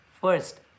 first